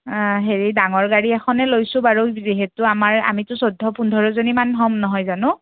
হেৰি ডাঙৰ গাড়ী এখনেই লৈছোঁ বাৰু যিহেতু আমাৰ আমিতো চৈধ্য পোন্ধৰজনীমান হ'ম নহয় জানো